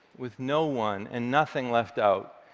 with no one and nothing left out,